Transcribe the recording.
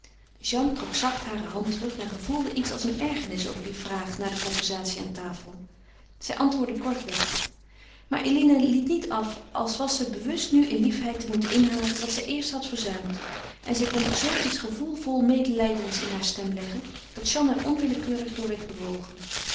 jeanne trok zacht hare hand terug en gevoelde iets als een ergernis over die vraag na de conversatie aan tafel zij antwoordde kortweg maar eline liet niet af als was ze bewust nu in liefheid te moeten inhalen wat zij eerst had verzuimd en zij kon z iets gevoelvol medelijdends in haar stem leggen dat jeanne er onwillekeurig door werd bewogen